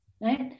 right